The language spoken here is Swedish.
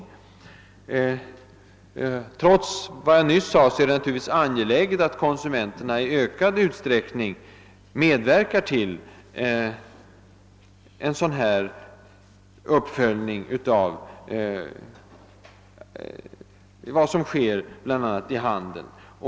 i Trots vad jag nu sagt är det naturligtvis angeläget att konsumenterna i ökad utsträckning medverkar till en sådan här uppföljning av vad som sker bl.a. i handeln.